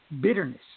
bitterness